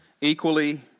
equally